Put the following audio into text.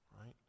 right